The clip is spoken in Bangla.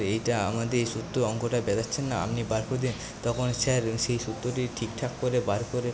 এইটা আমাদের এই সূত্র অঙ্কটা বেরচ্ছে না আপনি বার করে দিন তখন স্যার সেই সূত্রটি ঠিকঠাক করে বার করে